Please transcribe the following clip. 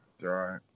right